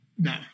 No